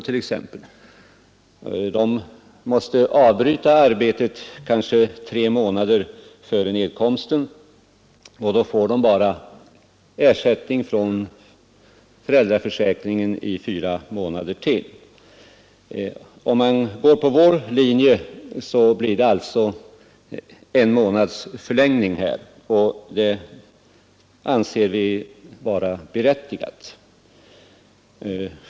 Kvinnor med sådana arbeten måste avbryta tjänstgöringen kanske tre månader före nedkomsten, vilket gör att de får ersättning från föräldraförsäkringen under endast fyra månader efter nedkomsten. Om man följer vår linje förlängs ersätttningstiden en månad, och det anser vi vara berättigat.